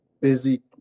busy